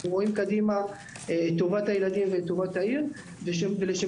אנחנו רואים קדימה את טובת הילדים והעיר ולשם